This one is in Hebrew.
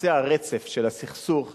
בקצה הרצף של הסכסוך.